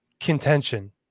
contention